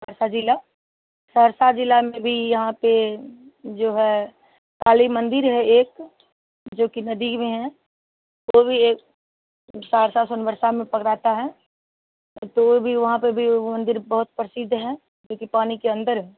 सहरसा ज़िला सहेरसा ज़िले में भी यहाँ पर जो है काली मंदिर है एक जोकि नदी में है वह भी एक सहरसा संवरसा में रहता है तूर भी वहाँ पर भी वह मंदिर बहुत प्रसिद्ध है जोकि पानी के अंदर है